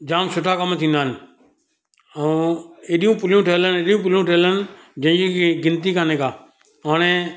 जाम सुठा कमु थींदा आहिनि ऐं हेॾियूं पुलूं ठहिल आहिनि हेॾियूं पुलूं ठहिल आहिनि जंहिंजी कोई गिनती काने का हाणे